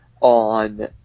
on